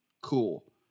Cool